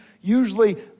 usually